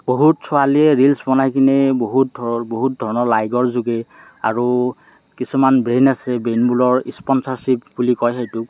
বহুত ছোৱালীয়ে ৰিলচ বনাই কিনে বহুত ধৰ বহুত ধৰণৰ লাইকৰ যোগে আৰু কিছুমান ব্ৰেইন আছে ব্ৰেইনবোৰৰ স্পনচৰশ্বিপ বুলি কয় সেইটোক